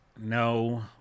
No